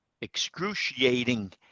excruciating